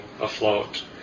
afloat